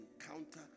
encounter